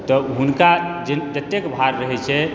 तब हुनका जतेक भार रहै छै